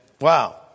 Wow